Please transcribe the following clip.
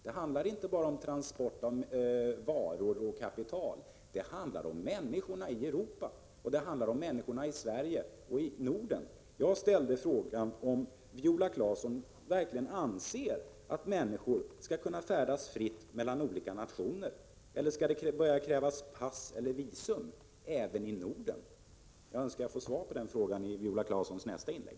Det handlar inte bara om transport av varor och kapital, utan det handlar också om människorna i Europa, om människorna i Sverige och i Norden. Jag ställde frågan om Viola Claesson verkligen anser att människor skall kunna färdas fritt mellan olika nationer eller om hon menar att det skall behöva krävas pass eller visum även i Norden. Jag önskar svar på den frågan i Viola Claessons nästa inlägg.